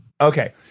Okay